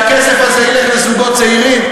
שהכסף הזה ילך לזוגות צעירים?